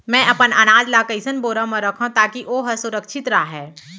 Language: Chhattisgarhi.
मैं अपन अनाज ला कइसन बोरा म रखव ताकी ओहा सुरक्षित राहय?